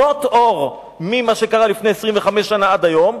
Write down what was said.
שנות אור ממה שקרה לפני 25 שנה עד היום,